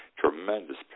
Tremendous